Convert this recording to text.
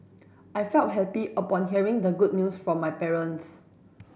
I felt happy upon hearing the good news from my parents